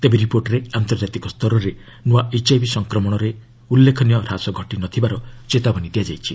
ତେବେ ରିପୋର୍ଟରେ ଆନ୍ତର୍କାତିକ ସ୍ତରରେ ନୂଆ ଏଚ୍ଆଇଭି ସଂକ୍ରମଣରେ ଉଲ୍ଲେଖନୀୟ ହ୍ରାସ ଘଟି ନ ଥିବାର ଚେତାବନୀ ଦିଆଯାଇଛି